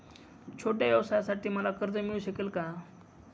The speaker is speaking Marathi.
छोट्या व्यवसायासाठी मला कर्ज मिळू शकेल का?